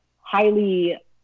highly